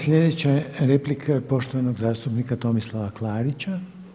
Sljedeća replika je poštovanog zastupnika Tomislava Klarića.